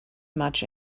much